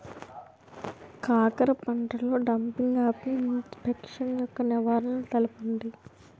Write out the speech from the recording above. కాకర పంటలో డంపింగ్ఆఫ్ని ఇన్ఫెక్షన్ యెక్క నివారణలు తెలపండి?